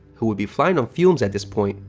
who will be flying on fumes at this point,